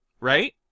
Right